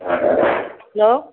hello